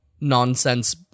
nonsense